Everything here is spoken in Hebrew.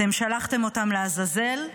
אתם שלחתם אותם לעזאזל,